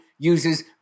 Uses